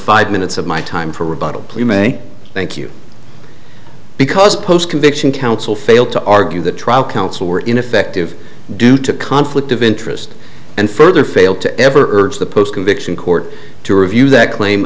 five minutes of my time for rebuttal plea may thank you because post conviction counsel failed to argue the trial counsel were ineffective due to conflict of interest and further failed to ever urge the post conviction court to review that claim